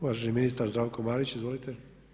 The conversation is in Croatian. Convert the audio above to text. Uvaženi ministar Zdravko Marić izvolite.